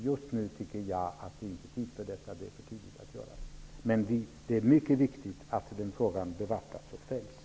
Just nu tycker jag att det inte är tid för detta. Det är för tidigt att göra. Men det är mycket viktigt att frågan bevakas och följs.